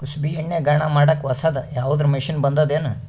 ಕುಸುಬಿ ಎಣ್ಣೆ ಗಾಣಾ ಮಾಡಕ್ಕೆ ಹೊಸಾದ ಯಾವುದರ ಮಷಿನ್ ಬಂದದೆನು?